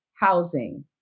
housing